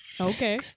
Okay